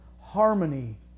harmony